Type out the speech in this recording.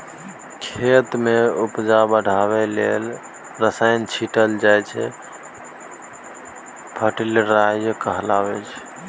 खेत मे उपजा बढ़ाबै लेल जे रसायन छीटल जाइ छै फर्टिलाइजर कहाबै छै